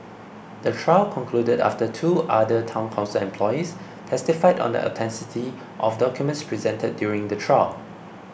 the trial concluded after two other Town Council employees testified on the authenticity of documents presented during the trial